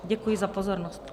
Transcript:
Děkuji za pozornost.